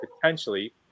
potentially